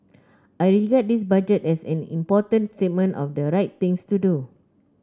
I regard this Budget as an important statement of the right things to do